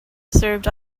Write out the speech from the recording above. served